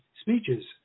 speeches